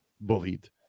bullied